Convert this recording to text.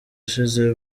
ishize